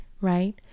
right